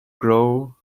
grow